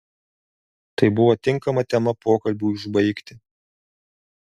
tai buvo tinkama tema pokalbiui užbaigti